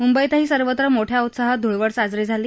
मुंबईतही आज सर्वत्र मोठ्या उत्साहात ध्ळवड साजरी झाली